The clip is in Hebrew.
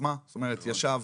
זאת אומרת ישב